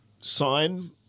sign